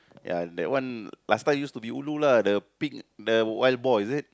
ya that one last time use to be ulu lah the the pink wild boar is it